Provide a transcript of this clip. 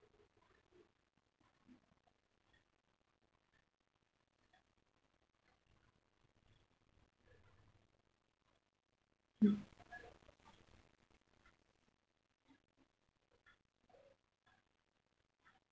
mm